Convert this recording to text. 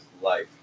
life